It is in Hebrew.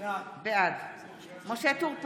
בעד משה טור פז,